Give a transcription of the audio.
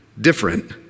different